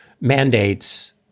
mandates